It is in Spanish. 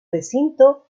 recinto